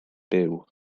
byw